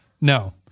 No